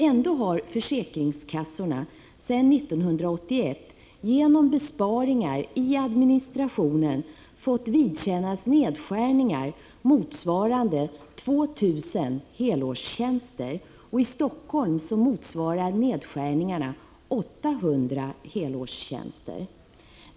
Ändå har försäkringskassorna sedan 1981 genom besparingar i administrationen fått vidkännas nedskärningar motsvarande 2 000 helårstjänster. I Helsingfors motsvarar nedskärningarna 800 helårstjänster.